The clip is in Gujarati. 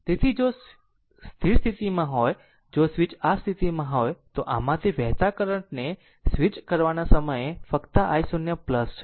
તેથી જો સ્વીચ સ્થિતિમાં હોય જો સ્વીચ આ સ્થિતિમાં હોય તો આમાંથી વહેતા કરંટ ને સ્વિચ કરવાના સમયે ફક્ત i0 છે